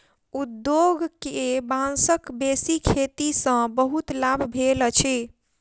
उद्योग के बांसक बेसी खेती सॅ बहुत लाभ भेल अछि